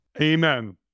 Amen